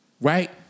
Right